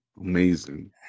Amazing